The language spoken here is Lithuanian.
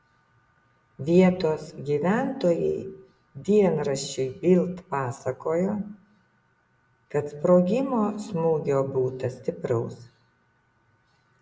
vietos gyventojai dienraščiui bild pasakojo kad sprogimo smūgio būta stipraus